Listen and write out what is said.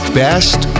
best